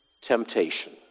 temptation